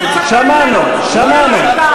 זו לא שעת שאלות, חבר הכנסת זחאלקה.